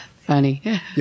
Funny